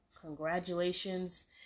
congratulations